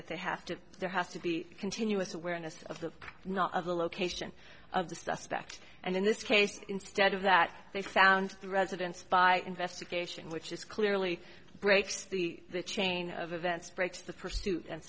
that they have to there has to be continuous awareness of the not of the location of the suspect and in this case instead of that they found the residence by investigation which is clearly breaks the the chain of events breaks the pursuit and